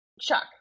Chuck